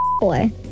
boy